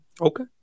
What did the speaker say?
Okay